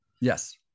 Yes